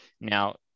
Now